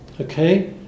okay